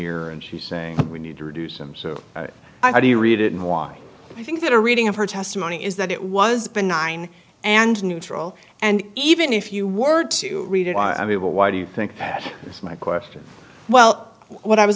er and she's saying we need to reduce them so i do you read it in why i think that a reading of her testimony is that it was benign and neutral and even if you were to read it i mean why do you think that was my question well what i was